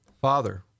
father